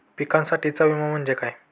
पिकांसाठीचा विमा म्हणजे काय?